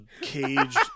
caged